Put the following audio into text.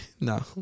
No